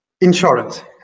insurance